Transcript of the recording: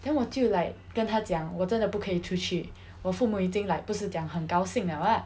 then 我就 like 跟她讲我真的不可以出去我父母已经 like 不是讲很高兴 liao ah